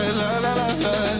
la-la-la-la